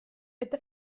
это